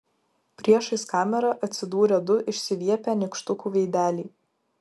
priešais kamerą atsidūrė du išsiviepę nykštukų veideliai